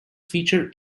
feature